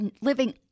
living